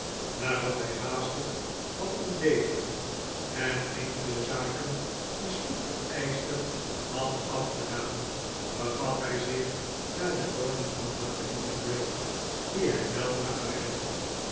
nadat hij haastig had ontbeten en enkele zaken die spoed vereischten had afgedaan begaf hij zich naar de woning van madeline bray die hij weldra bereikte